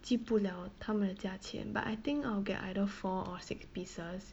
记不了他们的价钱 but I think I'll get either four or six pieces